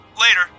Later